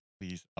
please